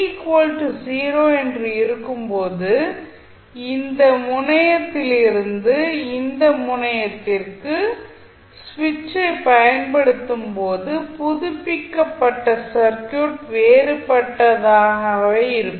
t0 இருக்கும் போது அந்த முனையத்திலிருந்து இந்த முனையத்திற்கு சுவிட்சைப் பயன்படுத்தும்போது புதுப்பிக்கப்பட்ட சர்க்யூட் வேறுபட்டதாகவே இருக்கும்